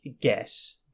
guess